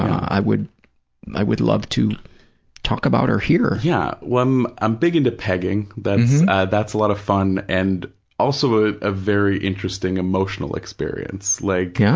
i would i would love to talk about or hear. yeah. well, i'm i'm big into pegging. that's that's a lot of fun and also ah a very interesting emotional experience. yeah? like, yeah